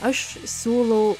aš siūlau